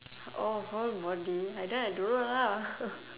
orh whole body I then I don't know lah